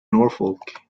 norfolk